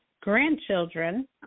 grandchildren